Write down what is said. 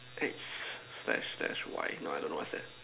hey slash slash why I don't know what's that